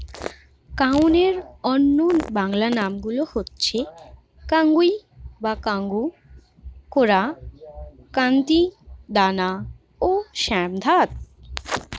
কাউনের অন্য বাংলা নামগুলো হচ্ছে কাঙ্গুই বা কাঙ্গু, কোরা, কান্তি, দানা ও শ্যামধাত